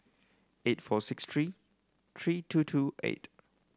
eight four six three three two two eight